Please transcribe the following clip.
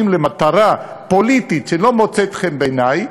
למטרה פוליטית שלא מוצאת חן בעיני,